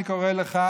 אני קורא לך,